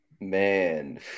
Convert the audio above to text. Man